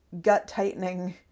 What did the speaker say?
gut-tightening